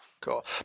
Cool